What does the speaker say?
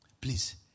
Please